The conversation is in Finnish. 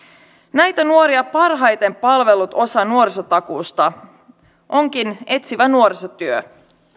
näitä nuoria parhaiten palvellut osa nuorisotakuusta onkin etsivä nuorisotyö